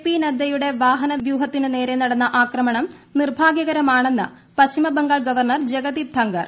P നഡ്റ്റയുടെ വാഹനവ്യൂഹത്തിന് നേരെ നടന്ന ആക്രമണം നിർഭാഗ്യകരമാണെന്ന് പ്രശ്ചിമ ബംഗാൾ ഗവർണർ ജഗദീപ് ധങ്കർ